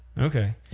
Okay